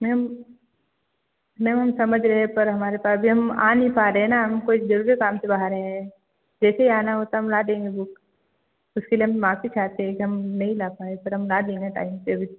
ma'am ma'am हम समझ रहे पर हमारे पास भी हम आ नहीं पा रहे ना हम कोई जरूरी काम से बाहर है जैसे ही आना होता है हम ला देंगे बुक उसके लिए हम माफ़ी चाहते हैं कि हम नहीं ला पाए बट हम ला देंगे टाइम पे अभी